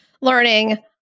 learning